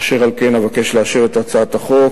אשר על כן אבקש לאשר את הצעת החוק